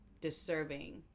deserving